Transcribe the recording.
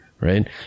Right